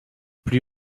plus